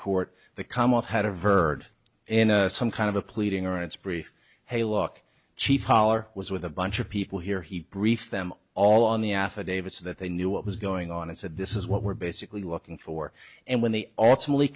court the comment had a verb in some kind of a pleading or it's brief hey look chief hollar was with a bunch of people here he briefed them all on the affidavit so that they knew what was going on and said this is what we're basically looking for and when the ultimately